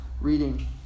reading